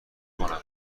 کنم